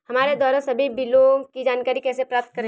हमारे द्वारा सभी बिलों की जानकारी कैसे प्राप्त करें?